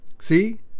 see